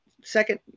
second